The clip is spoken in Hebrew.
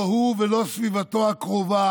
לא הוא ולא סביבתו הקרובה